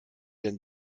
denn